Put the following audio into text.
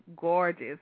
gorgeous